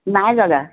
নাই জগা